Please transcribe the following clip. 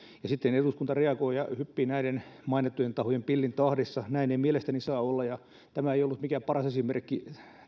ja sitten eduskunta reagoi ja hyppii näiden mainittujen tahojen pillin tahdissa näin ei mielestäni saa olla ja tämän lain käsittely ei ollut mikään paras esimerkki